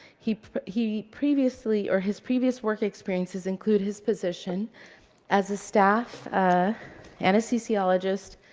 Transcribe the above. he he previously or his previous work experiences include his position as a staff anesthesiologist